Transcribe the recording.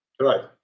Right